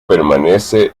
permanece